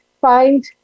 find